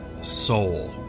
soul